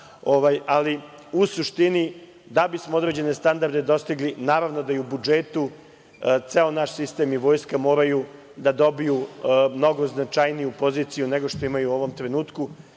ali, u suštini, da bismo određene standarde dostigli, naravno da i u budžetu ceo naš sistem i vojska moraju da dobiju mnogo značajniju poziciju nego što imaju u ovom trenutku.